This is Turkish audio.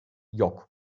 yok